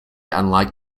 unlike